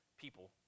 people